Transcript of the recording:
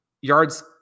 yards